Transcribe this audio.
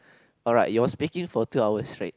alright you're speaking for two hour straight